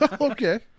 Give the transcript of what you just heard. Okay